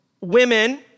women